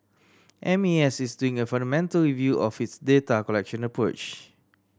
M A S is doing a fundamental review of its data collection approach